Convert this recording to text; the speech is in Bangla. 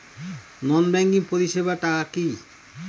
নন ব্যাংকিং পরিষেবা টা কি?